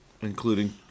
Including